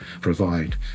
provide